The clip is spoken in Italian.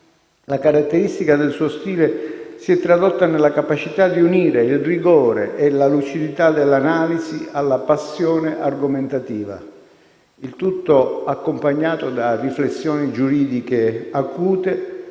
la caratteristica del suo stile si è tradotta nella capacità di unire il rigore e la lucidità dell'analisi alla passione argomentativa; il tutto accompagnato da riflessioni giuridiche acute